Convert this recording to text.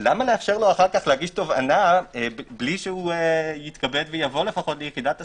למה לאפשר לו אחר כך להגיש תובענה כדי שיתכבד ויבוא לפחות ליחידת הסיוע?